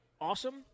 awesome